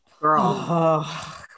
girl